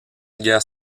guerre